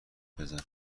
بزن